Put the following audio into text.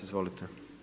Izvolite.